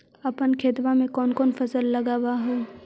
अपन खेतबा मे कौन कौन फसल लगबा हू?